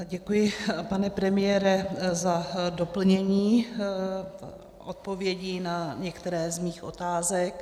Děkuji, pane premiére, za doplnění odpovědí na některé z mých otázek.